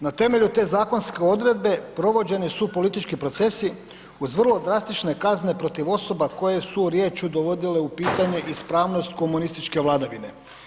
Na temelju te zakonske odredbe, provođene su politički procesi uz vrlo drastične kazne protiv osoba koje su riječju dovodile u pitanje ispravnost komunističke vladavine.